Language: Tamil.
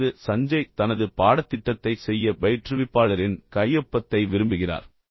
அதாவது சஞ்சய் தனது பாடத்திட்டத்தைச் செய்ய பயிற்றுவிப்பாளரின் கையொப்பத்தை விரும்புகிறார்